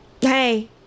hey